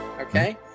okay